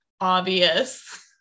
obvious